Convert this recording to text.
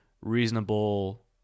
reasonable